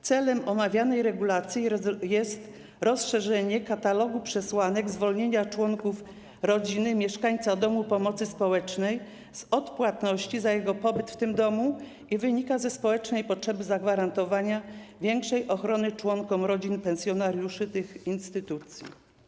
Celem omawianej regulacji jest rozszerzenie katalogu przesłanek zwolnienia członków rodziny mieszkańca domu pomocy z odpłatności za jego pobyt w tym domu i wynika ze społecznej potrzeby zagwarantowania większej ochrony członkom rodzin pensjonariuszy tych instytucji.